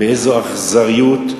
באיזו אכזריות,